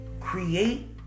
create